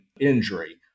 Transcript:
injury